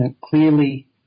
clearly